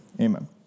Amen